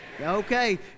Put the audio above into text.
Okay